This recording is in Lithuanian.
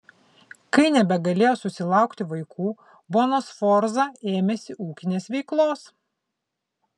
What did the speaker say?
kai nebegalėjo susilaukti vaikų bona sforza ėmėsi ūkinės veiklos